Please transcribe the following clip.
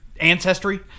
ancestry